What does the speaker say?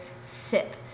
sip